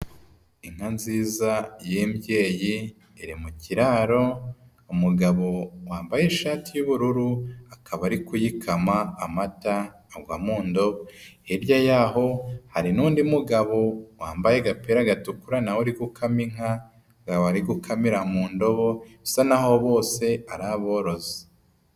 Inka nziza y'imbyeyi iri mu kiraro, umugabo wambaye ishati y'ubururu akaba ari kuyikama amata agwa mu ndo. Hirya yaho, hari n'undi mugabo wambaye agapira gatukura na we uri gukama inka, akaba ari gukamira mu ndobo, bisa naho bose ari aborozi.